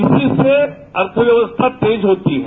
इसी से अर्थव्यवस्था तेज होती हैं